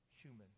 human